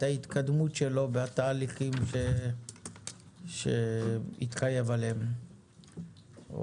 ההתקדמות שלו בתהליכים שהוא התחייב עליהם.